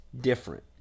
different